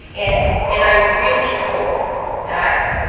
and and i really hope that